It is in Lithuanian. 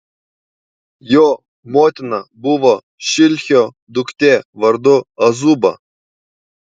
jo motina buvo šilhio duktė vardu azuba